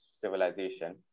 civilization